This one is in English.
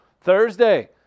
Thursday